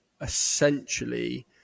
essentially